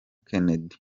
kennedy